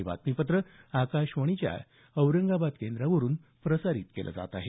हे बातमीपत्र आकाशवाणीच्या औरंगाबाद केंद्रावरून प्रसारित केलं जात आहे